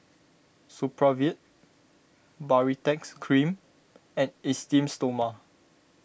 Supravit Baritex Cream and Esteem Stoma